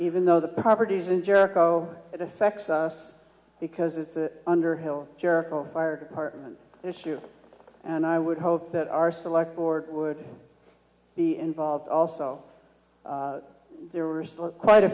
even though the properties in jericho it affects us because it's a underhill jericho fire department issue and i would hope that our select board would be involved also there were quite a